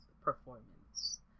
performance